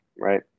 right